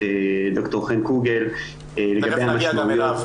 את ד"ר חן קוגל --- נגיע גם אליו.